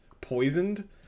poisoned